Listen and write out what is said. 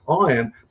iron